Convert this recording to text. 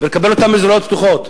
ואותם צריך לקבל בזרועות פתוחות,